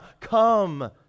come